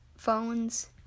Phones